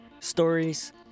stories